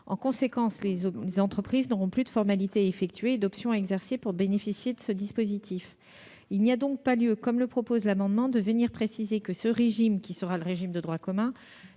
En conséquence, les entreprises n'auront plus de formalité à effectuer ni d'option à exercer pour bénéficier de ce dispositif. Il n'y a donc pas lieu de préciser, comme le proposent les auteurs de l'amendement, que ce régime, qui sera le régime de droit commun,